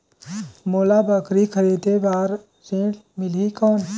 मोला बकरी खरीदे बार ऋण मिलही कौन?